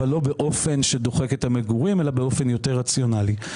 אבל לא באופן שדוחק את המגורים אלא באופן יותר רציונלי.